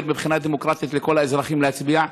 מבחינה דמוקרטית לכל האזרחים להצביע,